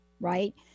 right